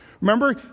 Remember